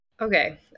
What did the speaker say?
Okay